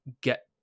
get